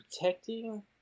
protecting